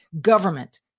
government